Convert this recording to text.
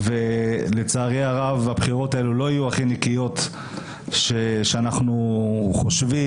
ולצערי הרב הבחירות האלה לא יהיו הכי נקיות שאנחנו חושבים.